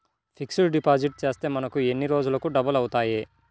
Fixed deposit చేస్తే మనకు ఎన్ని రోజులకు డబల్ అవుతాయి?